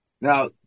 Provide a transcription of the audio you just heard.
Now